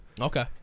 Okay